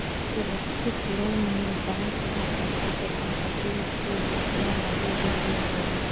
सुरक्षित लोन में बैंक उधारकर्ता के संपत्ति के अपना लगे गिरवी रखेले